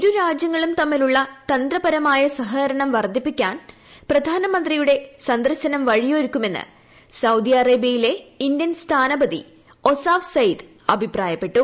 ഇരുരാജ്യങ്ങളും തമ്മിലുള്ള തന്ത്രപരമായ സ്ത്രിക്കരണം വർദ്ധിപ്പിക്കാൻ പ്രധാനമന്ത്രിയുടെ സന്ദർശനം വഴിയെളരുക്കുമെന്ന് സൌദി അറേബൃയിലെ ഇന്ത്യൻ സ്ഥാനപതി ഒസാഫ് സയിട്ട് പറഞ്ഞു